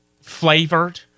flavored